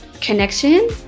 connection